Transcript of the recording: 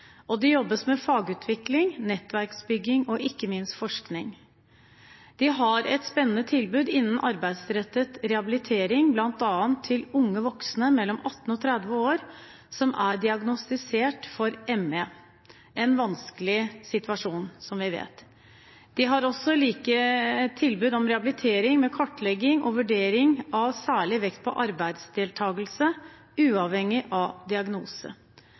Det jobbes med fagutvikling, nettverksbygging og ikke minst forskning. De har et spennende tilbud innen arbeidsrettet rehabilitering, bl.a. til unge voksne mellom 18 og 30 år som er diagnostisert med ME – en vanskelig situasjon, som vi vet. De har også tilbud om rehabilitering med kartlegging og vurdering med særlig vekt på arbeidsdeltakelse, uavhengig av diagnose.